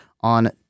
on